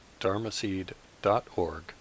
dharmaseed.org